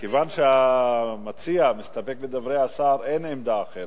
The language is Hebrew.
מכיוון שהמציע מסתפק בדברי השר, אין עמדה אחרת,